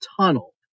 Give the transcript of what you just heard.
tunnel